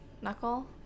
knuckle